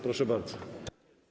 Proszę bardzo.